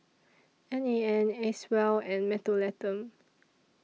N A N Acwell and Mentholatum